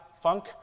funk